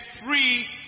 free